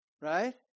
Right